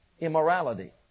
Immorality